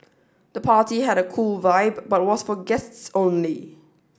the party had a cool vibe but was for guests only